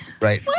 Right